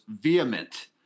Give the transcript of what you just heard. vehement